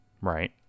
right